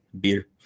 beer